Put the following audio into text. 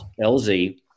LZ